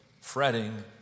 fretting